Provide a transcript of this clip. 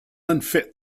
unfit